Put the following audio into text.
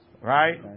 Right